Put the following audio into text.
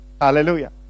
Hallelujah